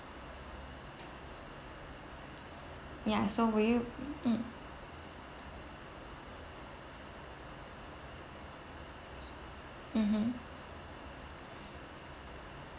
ya so will you um mmhmm